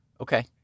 Okay